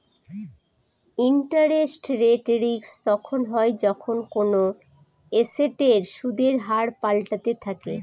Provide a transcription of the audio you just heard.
interest rate risk তখন হয় যখন কোনো এসেটের সুদের হার পাল্টাতে থাকে